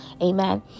Amen